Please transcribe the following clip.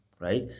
Right